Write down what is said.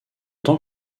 tant